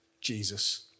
Jesus